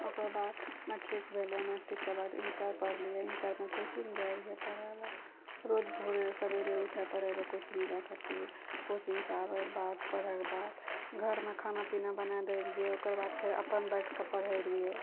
ओकर बाद मैट्रीक भेलय मैट्रीकके बाद इन्टर पढ़लियै इन्टरमे कोचिंग जाइ रहियै पढ़य लऽ रोज भोरे सबेरे उठय पड़य रहय कोचिंग जाइ खातिर कोचिंगसँ आबयके बाद पढ़यके बाद घरमे खाना पीना बनाय लै रहियइ ओकर बाद फेर अपन बैठके पढ़य रहियइ